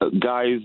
guys